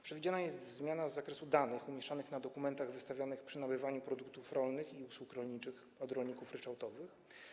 Przewidziana jest zmiana w zakresie danych umieszczanych na dokumentach wystawionych przy nabywaniu produktów rolnych i usług rolniczych od rolników ryczałtowych.